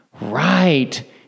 Right